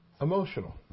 emotional